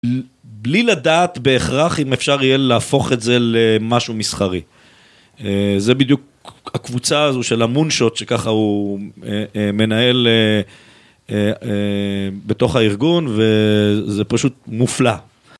בלי לדעת בהכרח אם אפשר יהיה להפוך את זה למשהו מסחרי. זה בדיוק הקבוצה הזו של המונשוט שככה הוא מנהל בתוך הארגון, וזה פשוט מופלא.